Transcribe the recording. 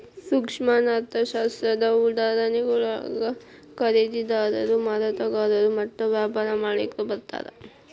ಸೂಕ್ಷ್ಮ ಅರ್ಥಶಾಸ್ತ್ರದ ಉದಾಹರಣೆಯೊಳಗ ಖರೇದಿದಾರರು ಮಾರಾಟಗಾರರು ಮತ್ತ ವ್ಯಾಪಾರ ಮಾಲಿಕ್ರು ಬರ್ತಾರಾ